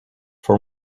for